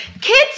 Kids